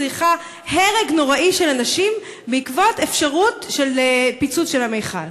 סליחה: הרג נוראי של אנשים בעקבות אפשרות של פיצוץ של המכל?